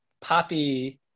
Poppy